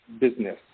business